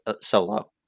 solo